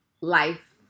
life